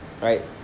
right